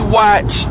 watch